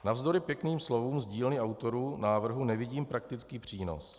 Navzdory pěkným slovům z dílny autorů návrhu nevidím praktický přínos.